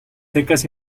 secas